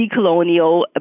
decolonial